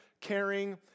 caring